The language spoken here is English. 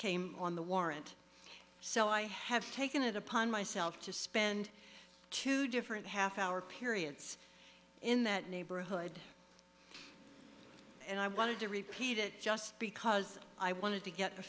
came on the warrant so i have taken it upon myself to spend two different half hour periods in that neighborhood and i wanted to repeat it just because i wanted to get